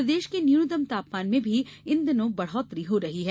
प्रदेश के न्यूनतम तापमान में भी इन दिनों बढ़ौतरी हो रही है